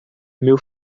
meu